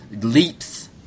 leaps